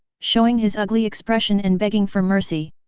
showing his ugly expression and begging for mercy.